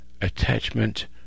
Attachment